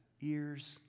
ears